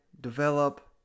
develop